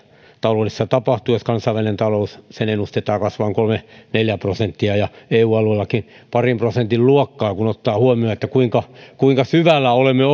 taloudessa on jos kansainvälisen talouden ennustetaan kasvavan kolme viiva neljä prosenttia ja eu alueellakin parin prosentin luokkaa kun ottaa huomioon kuinka kuinka syvällä olemme